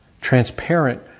transparent